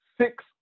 six